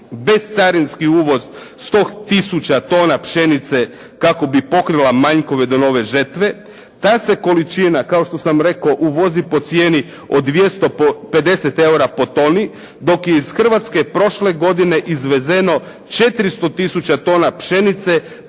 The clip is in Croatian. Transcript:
bescarinski uvoz 100 tisuća tona pšenice kako bi pokrila manjkove do nove žetve. Ta se količina kao što sam rekao uvozi po cijeni od 250 € po toni, dok je iz Hrvatske prošle godine izvezeno 400 tisuća tona pšenice